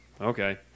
Okay